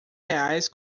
reais